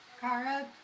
Kara